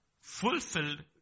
fulfilled